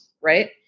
right